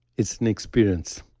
it's an experience.